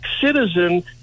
citizen